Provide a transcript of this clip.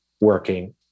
working